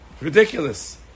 Ridiculous